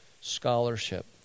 scholarship